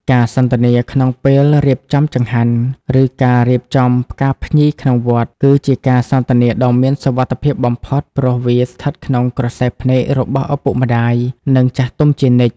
ការសន្ទនាគ្នាក្នុងពេលរៀបចំចង្ហាន់ ឬការរៀបចំផ្កាភ្ញីក្នុងវត្ត គឺជាការសន្ទនាដ៏មានសុវត្ថិភាពបំផុត ព្រោះវាស្ថិតក្នុងក្រសែភ្នែករបស់ឪពុកម្ដាយ និងចាស់ទុំជានិច្ច។